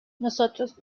nosotros